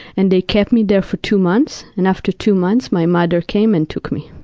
and they kept me there for two months, and after two months my mother came and took me.